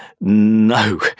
no